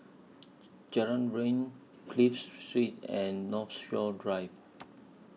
Jalan Riang Clive Street and Northshore Drive